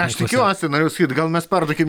aš tikiuosi norėjau sakyt gal mes perduokim